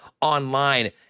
online